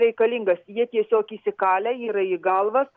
reikalingas jie tiesiog įsikalę yra į galvas